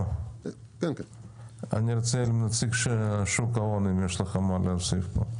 נציג שוק ההון, בבקשה.